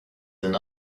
than